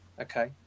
Okay